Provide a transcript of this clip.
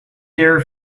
dear